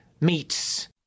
meets